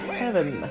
heaven